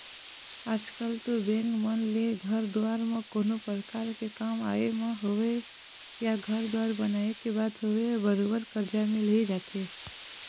आजकल तो बेंक मन ले घर दुवार म कोनो परकार के काम आय म होवय या घर दुवार बनाए के बात होवय बरोबर करजा मिल ही जाथे